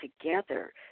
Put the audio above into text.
together